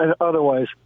otherwise